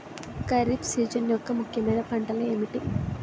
Kharif season యెక్క ముఖ్యమైన పంటలు ఏమిటీ?